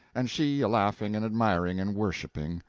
and she a-laughing and admiring and worshipping,